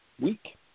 Week